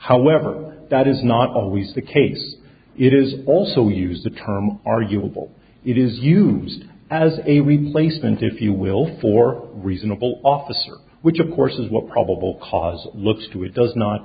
however that is not always the case it is also used the term arguable it is used as a win placement if you will for reasonable officer which of course is what probable cause looks to is does not